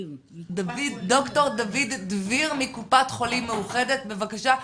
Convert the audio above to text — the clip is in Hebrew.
ד"ר דוד דביר מקופת חולים מאוחדת, בבקשה.